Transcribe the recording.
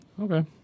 Okay